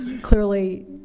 Clearly